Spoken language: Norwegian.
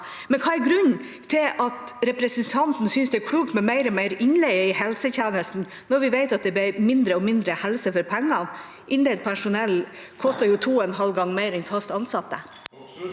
Men hva er grunnen til at representanten synes det er klokt med mer og mer innleie i helsetjenesten, når vi vet at det blir mindre og mindre helse for pengene? Innleid personell koster jo to en halv gang mer enn fast ansatte.